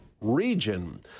region